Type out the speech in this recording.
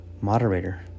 Moderator